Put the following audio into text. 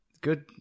good